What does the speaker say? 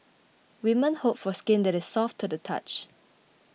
women hope for skin that is soft to the touch